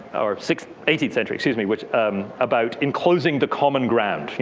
or eighteenth century, excuse me, which about enclosing the common ground.